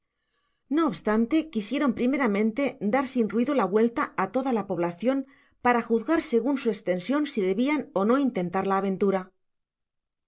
no obstante quisieron primeramente dar sin ruido la vuelta á toda la poblacion para juzgar segun su ostensión si debian ó no intentar la aventura